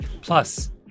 Plus